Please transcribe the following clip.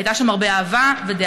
היו שם הרבה אהבה ודאגה,